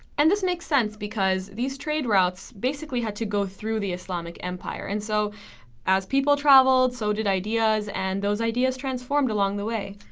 and this makes sense because these trade routes basically had to go through the islamic empire. and so as people traveled, so did ideas. and those ideas transformed along the way.